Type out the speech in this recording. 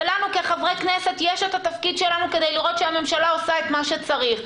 ולנו כחברי כנסת יש את התפקיד שלנו כדי לראות שהממשלה עושה את מה שצריך.